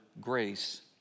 grace